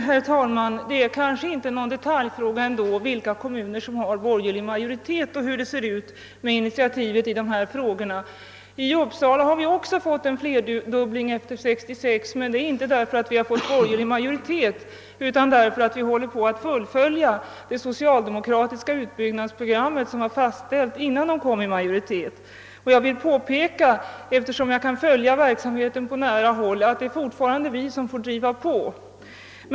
Herr talman! Det kanske ändå inte är någon detaljfråga, vilka kommuner som har borgerlig majoritet och hur det förhåller sig med initiativen på barntillsynens område. Även i Uppsala har det skett en flerdubbling av barntillsynsplatserna sedan 1966, men anledningen är inte att vi har fått en borgerlig majoritet utan att vi håller på att fullfölja det socialdemokratiska utbyggnadsprogrammet, som var fastställt innan de borgerliga kom i majoritet. Eftersom jag är i tillfälle att på nära håll följa denna verksamhet har jag velat påpeka att det är vi från socialdemokratiskt håll som får driva på.